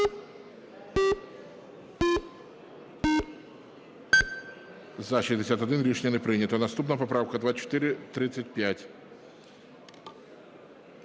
За-61 Рішення не прийнято. Наступна поправка 2435.